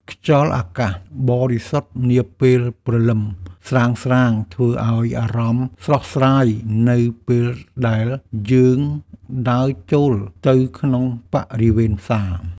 ខ្យល់អាកាសបរិសុទ្ធនាពេលព្រលឹមស្រាងៗធ្វើឱ្យអារម្មណ៍ស្រស់ស្រាយនៅពេលដែលយើងដើរចូលទៅក្នុងបរិវេណផ្សារ។